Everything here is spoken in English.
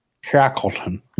Shackleton